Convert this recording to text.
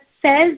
Says